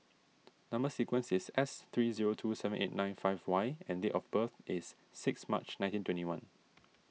Number Sequence is S three zero two seven eight nine five Y and date of birth is six March nineteen twenty one